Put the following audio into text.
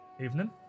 Evening